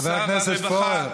חבר הכנסת פורר.